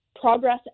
progress